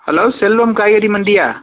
hello Selvam காய்கறி மண்டியா